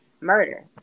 murder